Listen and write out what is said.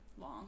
long